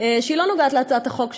שהיא לא נוגעת בהצעת החוק שלך,